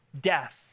death